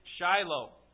Shiloh